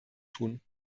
tun